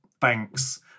banks